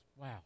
wow